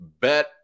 bet